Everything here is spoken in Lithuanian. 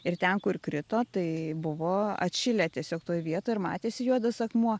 ir ten kur krito tai buvo atšilę tiesiog toj vietoj ir matėsi juodas akmuo